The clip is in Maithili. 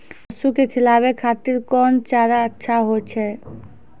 पसु के खिलाबै खातिर कोन चारा अच्छा होय छै?